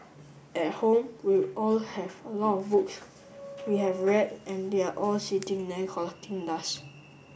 at home we all have a lot of books we have read and they are all sitting there collecting dust